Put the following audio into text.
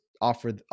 offer